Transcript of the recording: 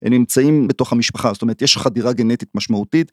הם נמצאים בתוך המשפחה, זאת אומרת, יש חדירה גנטית משמעותית.